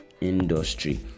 industry